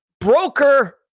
broker